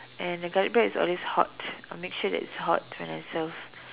and the garlic bread is always hot I make sure that it is hot when I serve